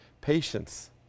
patience